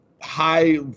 high